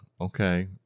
okay